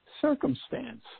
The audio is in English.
circumstance